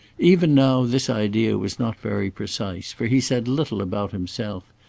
even now this idea was not very precise, for he said little about himself,